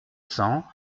cents